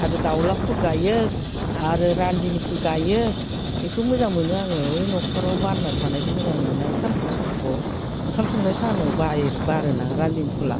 आरो दाउला फुल गायो आरो रान्दिनि फुल गायो बेखौ मोजां मोनो आङो ओइ न'खराव बारना थानायखौ मोजां नुयोना सानजौफु सानजौफुआव ओंखाम संनाय टाइमाव बारो ना रान्दिनि फुला